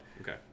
Okay